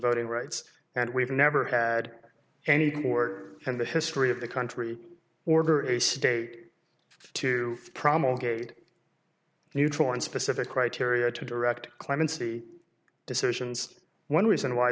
voting rights and we've never had any court and the history of the country order a state to promulgated neutral and specific criteria to direct clemency decisions one reason why